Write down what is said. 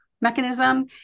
Mechanism